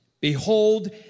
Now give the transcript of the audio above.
Behold